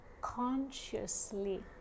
consciously